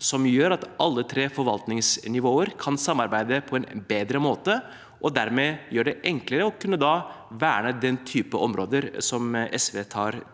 som gjør at alle tre forvaltningsnivåer kan samarbeide på en bedre måte, og dermed gjøre det enklere å kunne verne den typen områder som SV tar til